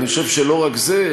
אני חושב שלא רק זה,